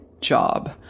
job